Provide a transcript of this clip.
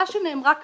שנאמרה כאן,